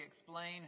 explain